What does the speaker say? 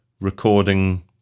recording